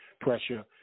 pressure